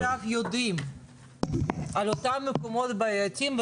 אבל עכשיו יודעים על אותם מקומות בעייתיים,